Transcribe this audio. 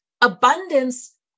abundance